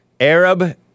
arab